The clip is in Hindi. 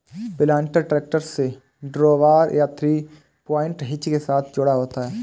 प्लांटर ट्रैक्टर से ड्रॉबार या थ्री पॉइंट हिच के साथ जुड़ा होता है